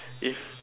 if